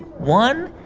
one